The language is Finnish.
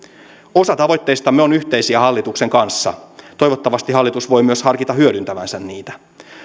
osa tavoitteistamme on yhteisiä hallituksen kanssa toivottavasti hallitus voi myös harkita hyödyntävänsä niitä